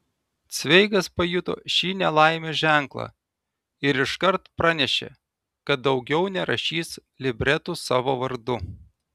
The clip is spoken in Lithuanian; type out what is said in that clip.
cveigas pajuto šį nelaimės ženklą ir iškart pranešė kad daugiau nerašys libretų savo vardu